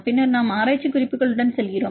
பின்னர் நாம் ஆராய்ச்சி குறிப்புகளுடன் செல்கிறோம்